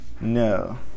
No